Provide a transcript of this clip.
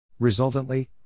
Resultantly